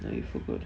and you forgot